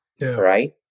right